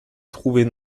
trouvés